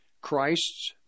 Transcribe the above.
Christ's